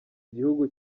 igihugu